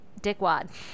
dickwad